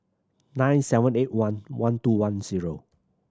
nine seven eight one one two one zero